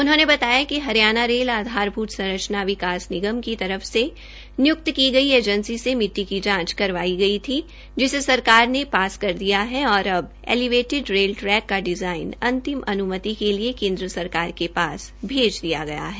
उन्होंने बताया कि हरियाणा रेल आधारभूत संरचना विकास निगम की तरफ से नियक्त की गई एजेंसी से मिट्टी की जांच करवाई गई थी जिसे सरकार ने पास कर दिया है और अब ऐलिवेटिड रेल ट्रैक का डिजाइन अंतिम अनुमति के लिए केन्द्र सरकार के पास भेज दिया गया है